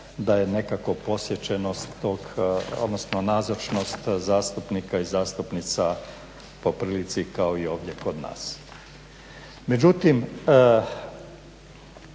da je nekako posjećenost tog odnosno nazočnost zastupnika i zastupnica poprilici kao ovdje kod nas.